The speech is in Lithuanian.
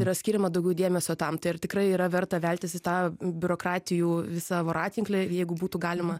yra skiriama daugiau dėmesio tam tai ar tikrai yra verta veltis į tą biurokratijų visą voratinklį jeigu būtų galima